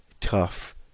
tough